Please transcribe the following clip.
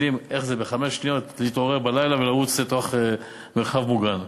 יודעים איך זה בחמש שניות להתעורר בלילה ולרוץ לתוך מרחב מוגן.